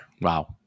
Wow